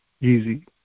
easy